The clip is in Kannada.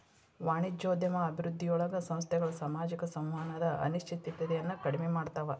ವಾಣಿಜ್ಯೋದ್ಯಮ ಅಭಿವೃದ್ಧಿಯೊಳಗ ಸಂಸ್ಥೆಗಳ ಸಾಮಾಜಿಕ ಸಂವಹನದ ಅನಿಶ್ಚಿತತೆಯನ್ನ ಕಡಿಮೆ ಮಾಡ್ತವಾ